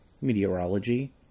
Meteorology